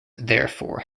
therefore